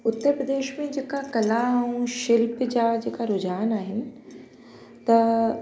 उत्तर प्रदेश में जेका कला ऐं शिल्प जा जेका रूझान आहिनि त